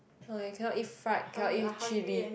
!wah! you cannot eat fried cannot eat chilli